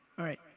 alright.